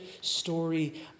story